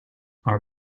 are